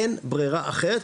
אין ברירה אחרת,